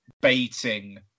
baiting